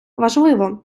важливо